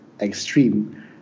extreme